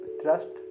trust